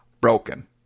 Broken